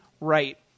right